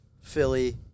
Philly